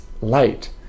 light